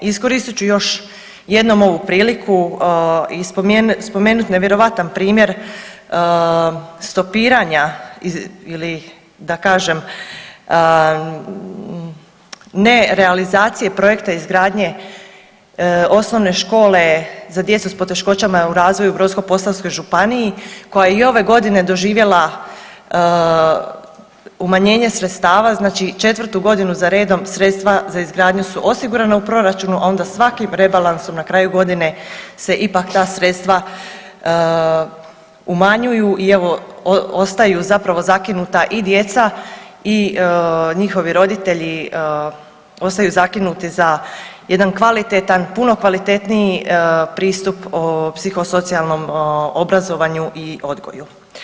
Iskoristit ću još jednom ovu priliku i spomenut nevjerojatan primjer stopiranja ili da kažem ne realizacije projekta izgradnje OŠ za djecu s poteškoćama u razvoju u Brodsko-posavskoj županiji koja je i ove godine doživjela umanjenje sredstava, znači četvrtu godinu za redom sredstva za izgradnju su osigurana u proračunu, a onda svakim rebalansom na kraju godine se ipak ta sredstva umanjuju i evo ostaju zapravo zakinuta i djeca i njihovi roditelji ostaju zakinuti za jedan kvalitetan puno kvalitetniji pristup psihosocijalnom obrazovanju i odgoju.